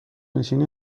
نشینی